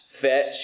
fetch